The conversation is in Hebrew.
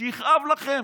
שיכאב לכם,